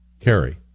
carry